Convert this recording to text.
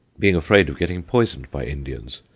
being afraid of getting poisoned by inds.